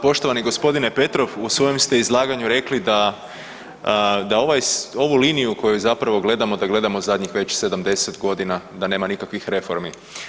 Poštovani gospodine Petrov u svojem ste izlaganu rekli da, da ovu liniju koju zapravo gledamo da gledamo zadnjih već 70 godina da nema nikakvih reformi.